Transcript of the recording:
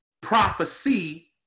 prophecy